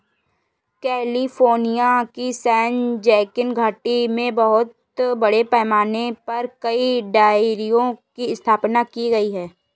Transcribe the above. California की San Joaquin घाटी में बहुत बड़े पैमाने पर कई डेयरियों की स्थापना की गई है